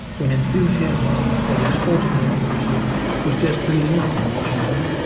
when enthusiasm for exporting democracy was just building up in washington,